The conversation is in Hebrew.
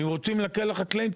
ואם רוצים להקל על החקלאים,